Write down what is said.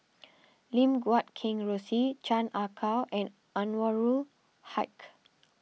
Lim Guat Kheng Rosie Chan Ah Kow and Anwarul Haque